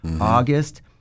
August